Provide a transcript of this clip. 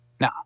Now